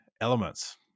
elements